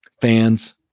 fans